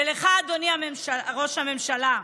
ולך, אדוני ראש הממשלה,